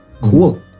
Cool